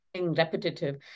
repetitive